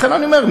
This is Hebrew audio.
לכן אני אומר,